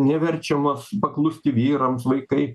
neverčiamos paklusti vyrams vaikai